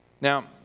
Now